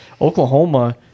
Oklahoma